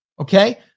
okay